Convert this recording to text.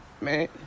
man